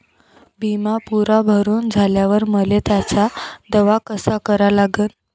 बिमा पुरा भरून झाल्यावर मले त्याचा दावा कसा करा लागन?